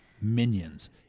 minions